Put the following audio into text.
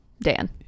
Dan